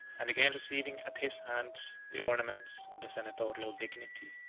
and again receiving at his hands the ornaments of the senatorial dignity.